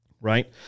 right